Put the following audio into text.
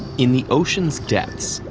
in the ocean's depths,